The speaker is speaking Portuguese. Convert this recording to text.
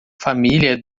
família